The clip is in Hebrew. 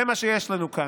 זה מה שיש לנו כאן: